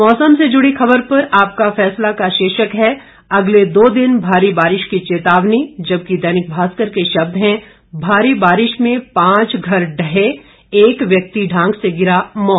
मौसम से जुड़ी ख़बर पर आपका का फैसला का शीर्षक है अगले दो दिन भारी बारिश की चेतावनी जबकि दैनिक भास्कर के शब्द हैं भारी बारिश में पांच घर ढहे एक व्यक्ति ढांक से गिरा मौत